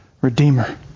Redeemer